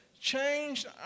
changed